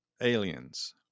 aliens